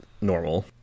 normal